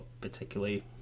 particularly